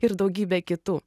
ir daugybė kitų